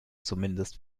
zumindest